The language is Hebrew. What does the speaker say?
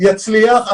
יצליח,